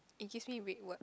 it gives me rip words